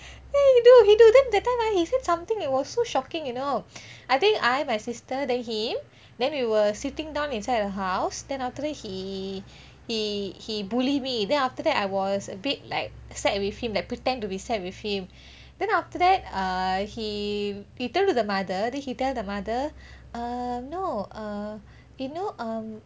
ya he do he do then that time ah he said something it was so shocking you know I think I my sister then him then we were sitting down inside the house then after that he he bully me then after that I was a bit like sad with him like pretend to be sad with him then after that uh he turned to the mother then he tell the mother err no err you know um